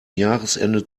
jahresende